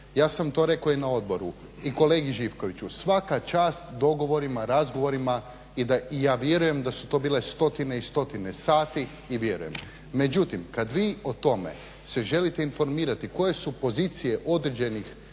Ja sam to rekao i na odboru i kolegi Živkoviću. Svaka čast dogovorima, razgovorima i ja vjerujem da su to bile stotine i stotine sati i vjerujem. Međutim, kad vi o tome se želite informirati koje su pozicije određenih